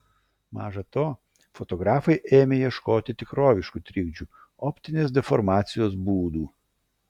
maža to fotografai ėmė ieškoti tikroviškų trikdžių optinės deformacijos būdų